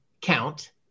Count